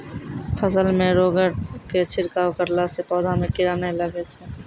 फसल मे रोगऽर के छिड़काव करला से पौधा मे कीड़ा नैय लागै छै?